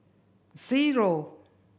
zero